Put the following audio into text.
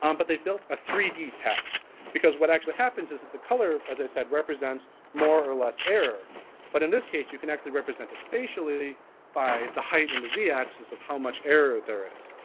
um but they built a three d path because what actually happens is that the color, as i said represents more or less error but in this case you can actually represent it especially by the height in the z-axis of how much error there is.